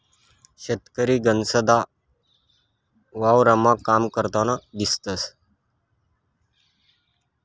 शेतकरी गनचदा वावरमा काम करतान दिसंस